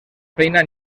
feina